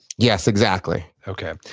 yes, exactly okay.